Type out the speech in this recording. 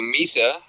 Misa